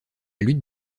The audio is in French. lutte